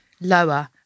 lower